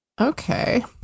Okay